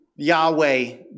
Yahweh